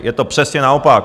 Je to přesně naopak.